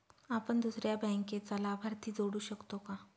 आपण दुसऱ्या बँकेचा लाभार्थी जोडू शकतो का?